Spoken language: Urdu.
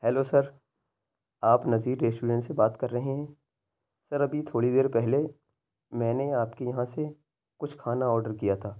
ہلو سر آپ نذیر ریسٹورنٹ سے بات کر رہے ہیں سر ابھی تھوڑی دیر پہلے میں نے آپ کے یہاں سے کچھ کھانا آرڈر کیا تھا